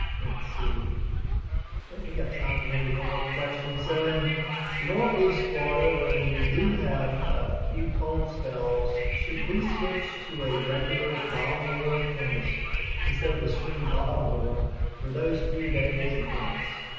see that we get time for maybe one more question. so in northeast florida, when we do have a few cold spells, should we switch to a regular bottom board from this instead of the screen bottom board for those few days and nights?